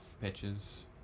pitches